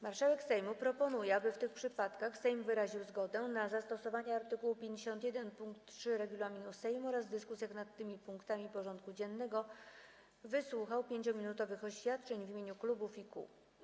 Marszałek Sejmu proponuje, aby w tych przypadkach Sejm wyraził zgodę na zastosowanie art. 51 pkt 3 regulaminu Sejmu oraz w dyskusjach nad tymi punktami porządku dziennego wysłuchał 5-minutowych oświadczeń w imieniu klubów i kół.